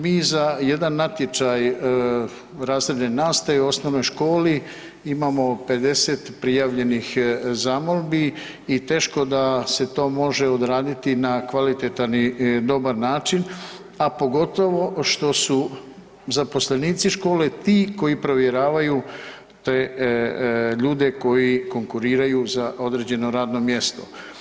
Mi za jedan natječaj razredne nastave u osnovnoj školi imamo 50 prijavljenih zamolbi i teško da se to može odraditi na kvalitetan i dobar način, a pogotovo što su zaposlenici škole ti koji provjeravaju te ljude koji konkuriraju za određeno radno mjesto.